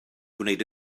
gwneud